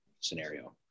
scenario